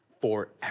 forever